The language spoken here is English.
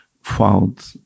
found